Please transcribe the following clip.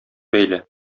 бәйле